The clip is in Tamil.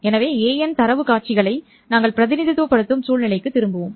எனவே an தரவு காட்சிகளை நாங்கள் பிரதிநிதித்துவப்படுத்தும் சூழ்நிலைக்கு திரும்புவோம்